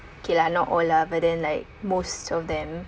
okay lah not all lah but then like most of them